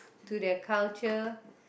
to their culture